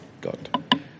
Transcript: God